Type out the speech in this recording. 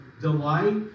delight